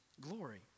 glory